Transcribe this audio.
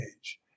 age